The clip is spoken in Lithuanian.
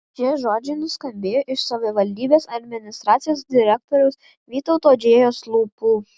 šie žodžiai nuskambėjo iš savivaldybės administracijos direktoriaus vytauto džėjos lūpų